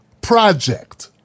project